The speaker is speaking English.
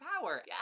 power